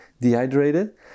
dehydrated